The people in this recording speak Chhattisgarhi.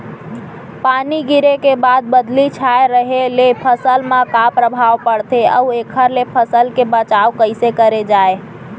पानी गिरे के बाद बदली छाये रहे ले फसल मा का प्रभाव पड़थे अऊ एखर ले फसल के बचाव कइसे करे जाये?